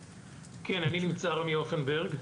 כן, אני נמצא, רמי הופנברג.